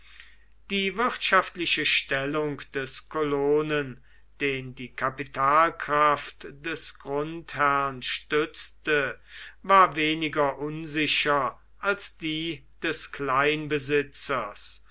die wirtschaftliche stellung des kolonen den die kapitalkraft des grundherrn stützte war weniger unsicher als die des